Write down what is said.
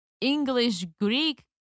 English-Greek